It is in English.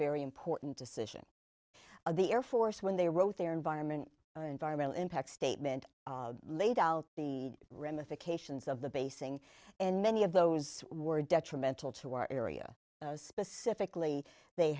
very important decision of the air force when they wrote their environment or environmental impact statement laid out the ramifications of the basing and many of those were detrimental to our area specifically they